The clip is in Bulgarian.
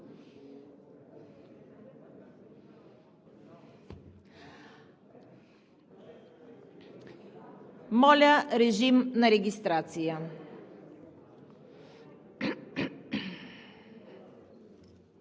Моля, режим на регистрация.